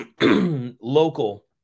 local